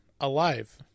alive